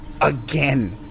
Again